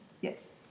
yes